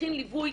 שצריכים ליווי